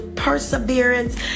perseverance